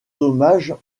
hommages